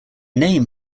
name